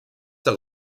der